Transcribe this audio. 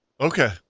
Okay